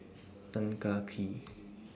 Tan Kah Kee